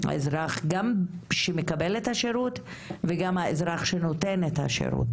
וזה גם כלפיי האזרח שמקבל את השירות וגם כלפיי האזרח שנותן את השירות